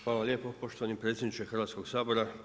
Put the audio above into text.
Hvala lijepo poštovani predsjedniče Hrvatskog sabora.